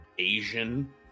asian